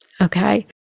okay